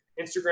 Instagram